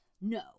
No